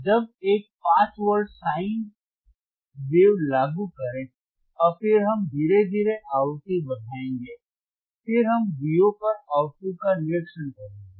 अब एक 5 volt sine लहर लागू करें और फिर हम धीरे धीरे आवृत्ति बढ़ाएंगे फिर हम Vo पर आउटपुट का निरीक्षण करेंगे